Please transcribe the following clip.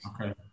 Okay